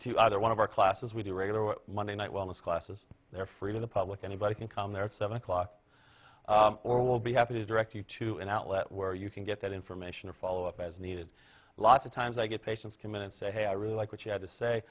to either one of our classes we do regular monday night wellness classes they're free to the public anybody can come there at seven o'clock or we'll be happy to direct you to an outlet where you can get that information or follow up as needed lots of times i get patients come in and say hey i really like what you had to say